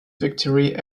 victory